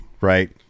right